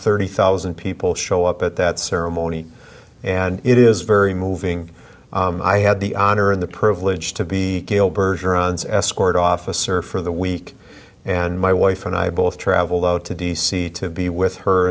thirty thousand people show up at that ceremony and it is very moving i had the honor and the privilege to be drugs escort officer for the week and my wife and i both traveled out to d c to be with her